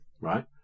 right